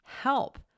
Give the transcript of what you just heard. help